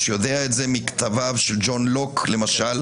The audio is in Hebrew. יודע את זה מכתביו של ג'ון לוק ואחרים,